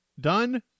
done